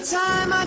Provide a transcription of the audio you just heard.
time